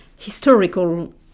historical